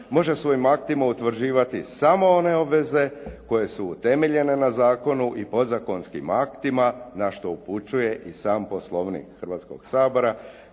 može svojim aktima utvrđivati samo one obveze koje su utemeljene na zakonu i podzakonskim aktima na što upućuje i sam poslovnik Hrvatskog sabora